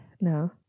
No